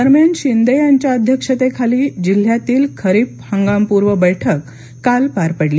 दरम्यान शिंदे यांच्या अध्यक्षतेखाली जिल्ह्यातील खरीप हंगामपूर्व बैठक काल पार पडली